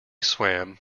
swam